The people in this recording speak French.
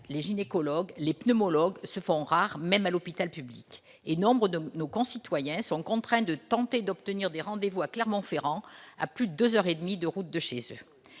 les gynécologues, les pneumologues se font rares, même à l'hôpital public. Nombre de nos concitoyens sont contraints de tenter d'obtenir des rendez-vous à Clermont-Ferrand, à plus de deux heures et demie de route de chez eux.